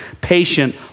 patient